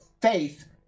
faith